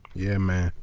yeah, man.